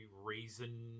reason